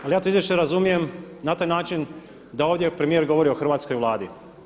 Ali ja to izvješće razumijem na taj način da ovdje premijer govori o hrvatskoj Vladi.